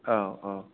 औ औ